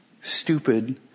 stupid